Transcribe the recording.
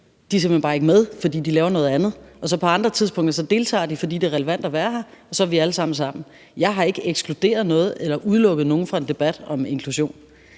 bare ikke med, fordi de laver noget andet, og på andre tidspunkter deltager de så, fordi det er relevant at være her, og så er vi alle sammen sammen. Jeg har ikke ekskluderet noget eller udelukket nogen fra en debat om inklusion.